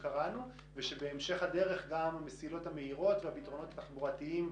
ושבהמשך הדרך גם המסילות המהירות והפתרונות התחבורתיים,